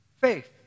Faith